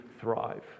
thrive